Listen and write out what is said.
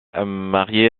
marié